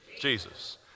Jesus